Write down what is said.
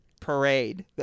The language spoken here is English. Parade